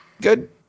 Good